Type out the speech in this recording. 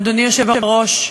אדוני היושב-ראש,